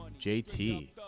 JT